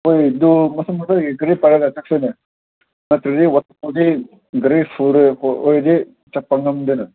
ꯍꯣꯏ ꯑꯗꯨ ꯃꯁꯥ ꯃꯁꯥꯒꯤ ꯑꯗꯥꯏ ꯒꯥꯔꯤ ꯄꯥꯏꯔꯒ ꯆꯠꯁꯤꯅꯦ ꯅꯠꯇ꯭ꯔꯗꯤ ꯋꯥꯇꯔꯐꯣꯜꯗꯤ ꯒꯥꯔꯤ ꯐꯣꯔ ꯍ꯭ꯋꯤꯜꯂꯔ ꯑꯣꯏꯔꯗꯤ ꯆꯠꯄ ꯉꯝꯗꯦꯅꯦ